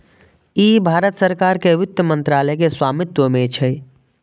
ई भारत सरकार के वित्त मंत्रालय के स्वामित्व मे छै